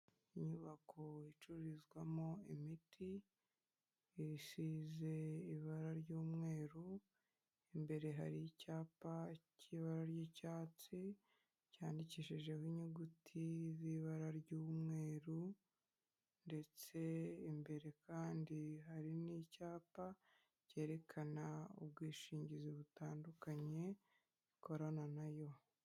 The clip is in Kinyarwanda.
Inyubako icururizwamo imiti isize ibara ry'umweru, imbere hari icyapa cy'ibara ry'icyatsi cyandikishijeho inyuguti z'ibara ry'umweru, ndetse imbere kandi hari n'icyapa cyerekana ubwishingizi butandukanye bukorana nayo.